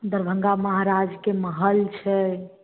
दरभङ्गा महराजके महल छै